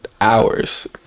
hours